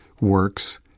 works